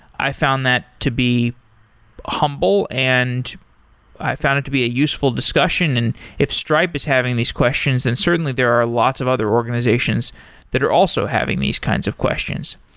i found that to be humble and i found it to be a useful discussion. and if stripe is having these questions and certainly there are lots of other organizations that are also having these kinds of questions.